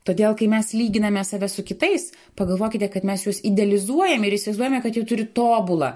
todėl kai mes lyginame save su kitais pagalvokite kad mes juos idealizuojame ir įsivaizduojame kad jie turi tobulą